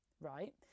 right